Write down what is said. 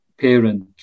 parent